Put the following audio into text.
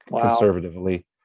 conservatively